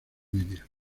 media